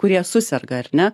kurie suserga ar ne